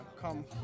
come